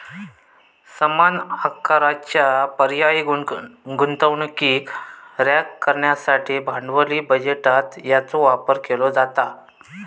समान आकाराचा पर्यायी गुंतवणुकीक रँक करण्यासाठी भांडवली बजेटात याचो वापर केलो जाता